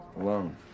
Alone